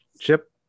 chip